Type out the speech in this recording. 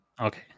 Okay